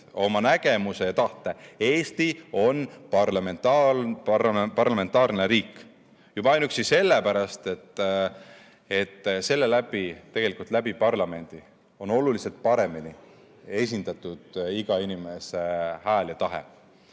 oma nägemuse ja tahte: Eesti on parlamentaarne riik. Seda juba ainuüksi sellepärast, et tegelikult parlamendi kaudu on oluliselt paremini esindatud iga inimese hääl ja tahe.